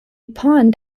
pond